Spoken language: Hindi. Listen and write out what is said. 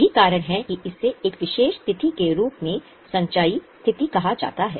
यही कारण है कि इसे एक विशेष तिथि के रूप में संचयी स्थिति कहा जाता है